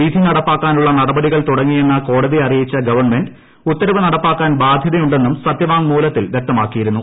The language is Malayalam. വിധി നടപ്പാക്കാനുള്ള നടപടികൾ തുടങ്ങിയെന്ന് കോടതിയെ അറിയിച്ചു ഗവൺമെന്റ് ഉത്തരവ് നടപ്പാക്കാൻ ബാധൃതയുണ്ടെന്നും സത്യവാങ്മൂലത്തിൽ വൃക്തമാക്കിയിരുന്നു